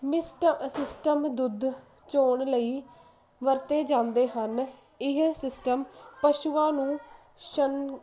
Mist ਅਸਿਸਟਮ ਦੁੱਧ ਚੋਣ ਲਈ ਵਰਤੇ ਜਾਂਦੇ ਹਨ ਇਹ ਸਿਸਟਮ ਪਸ਼ੂਆਂ ਨੂੰ ਸ਼ਨ